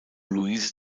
louise